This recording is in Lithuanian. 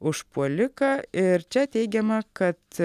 užpuoliką ir čia teigiama kad